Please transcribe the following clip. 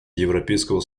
европейского